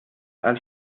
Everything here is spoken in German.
als